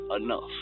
enough